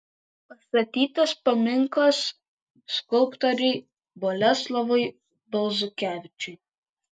pastatytas paminklas skulptoriui boleslovui balzukevičiui